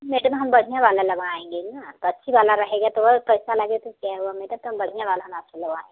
madam हम बढ़िया वाला लगाएँगे ना तो अच्छा वाला रहेगा और पैसा लगेगा तो क्या हुआ मैडम तो हम बढ़िया वाला आपसे लगवाएँगे